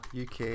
UK